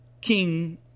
king